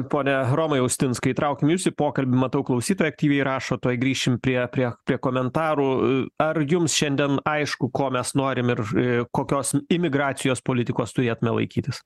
pone romai austinskai įtraukiam jus į pokalbį matau klausytojai aktyviai rašo tuoj grįšim prie prie prie komentarų ar jums šiandien aišku ko mes norim ir kokios imigracijos politikos turėtume laikytis